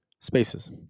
spaces